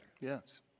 Yes